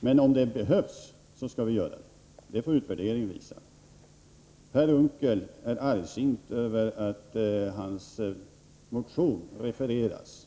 men om det behövs, skall vi göra det. Per Unckel är arg över att hans motion refereras.